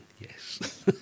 yes